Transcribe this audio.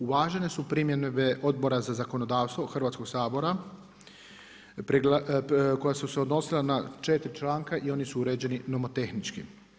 Uvažene su primjedbe Odbora za zakonodavstvo Hrvatskog sabora koje su se odnosile na 4 članka i oni su uređeni nomotehnički.